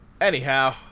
Anyhow